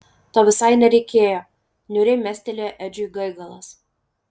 to visai nereikėjo niūriai mestelėjo edžiui gaigalas